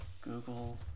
google